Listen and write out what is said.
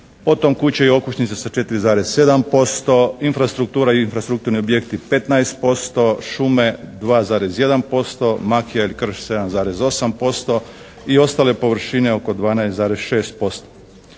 kuće i okućnice sa 4,7%, infrastruktura i infrastrukturni objekti 15%. Šume 2,1%. Makija ili krš 7,8% i ostale površine oko 12,6%.